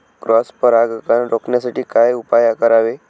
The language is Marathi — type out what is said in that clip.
क्रॉस परागकण रोखण्यासाठी काय उपाय करावे?